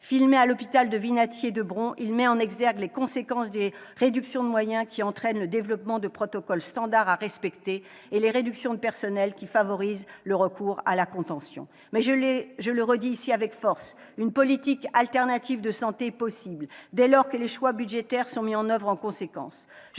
Filmé au centre hospitalier Le Vinatier, à Bron, il met en exergue les conséquences des réductions de moyens, qui entraînent le développement de protocoles standard à respecter, et les réductions de personnels, qui favorisent le recours à la contention. Je le redis avec force, une politique alternative de santé est possible, dès lors que les choix budgétaires sont mis en oeuvre en conséquence.